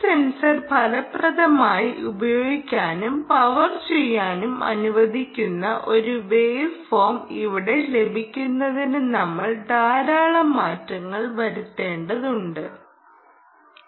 pulse sensor ഫലപ്രദമായി ഉപയോഗിക്കാനും power ചെയ്യാനും അനുവദിക്കുന്ന ഒരു വേവ് ഫോം ഇവിടെ ലഭിക്കുന്നതിന് നമ്മൾക്ക് ധാരാളം മാറ്റങ്ങൾ വരുത്തേണ്ടിവരും